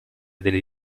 delle